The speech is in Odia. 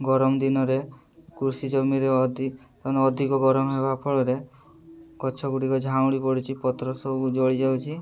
ଗରମ ଦିନରେ କୃଷି ଜମିରେ ଅଧିକ ତେଣୁ ଅଧିକ ଗରମ ହେବା ଫଳରେ ଗଛଗୁଡ଼ିକ ଝାଉଁଳି ପଡ଼ିଛି ପତ୍ର ସବୁ ଜଳିଯାଉଛି